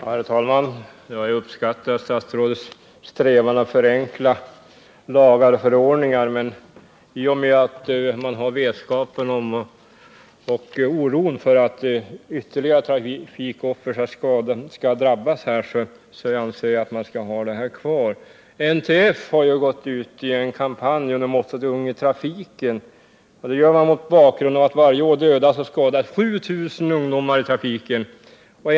Herr talman! Jag uppskattar statsrådets strävan att förenkla lagar och förordningar. Men på grund av den oro jag känner för att ännu fler människor skall drabbas av trafikolyckor anser jag att den här bestämmelsen bör finnas kvar. NTF har gått ut med en kampanj under mottot Ung i trafiken. Det sker mot bakgrunden av att 7 000 ungdomar varje år dödas eller skadas i trafiken.